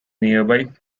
nearby